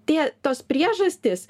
tie tos priežastys